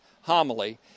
homily